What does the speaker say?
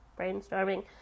brainstorming